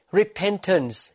repentance